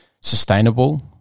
Sustainable